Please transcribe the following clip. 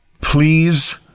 please